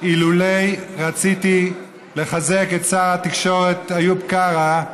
אילולא רציתי לחזק את שר התקשורת איוב קרא,